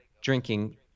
drinking